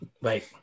right